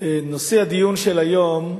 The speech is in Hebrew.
נושא הדיון של היום,